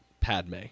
Padme